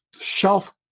shelf